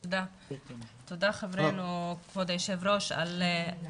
תודה, חברנו, כבוד היושב-ראש על זה